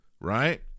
right